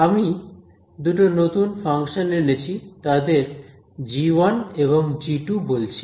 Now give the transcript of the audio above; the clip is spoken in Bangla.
আমি দুটো নতুন ফাংশান এনেছি তাদের g1 এবং g2 বলছি